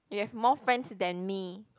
you have more friends than me